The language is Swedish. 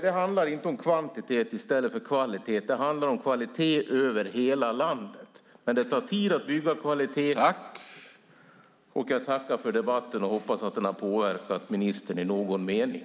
Det handlar inte om kvantitet i stället för kvalitet. Det handlar om kvalitet över hela landet. Men det tar tid att bygga kvalitet. Jag tackar för debatten och hoppas att den har påverkat ministern i någon mening.